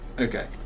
Okay